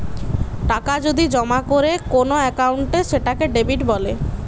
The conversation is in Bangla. টাকা যদি জমা করে কোন একাউন্টে সেটাকে ডেবিট বলে